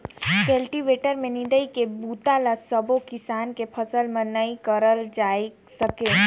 cultivator में निंदई के बूता ल सबो किसम के फसल में नइ करल जाए सके